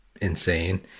insane